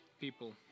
people